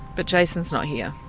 but jason's not here.